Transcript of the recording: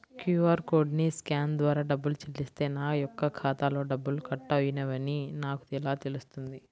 QR కోడ్ని scan ద్వారా డబ్బులు చెల్లిస్తే నా యొక్క ఖాతాలో డబ్బులు కట్ అయినవి అని నాకు ఎలా తెలుస్తుంది?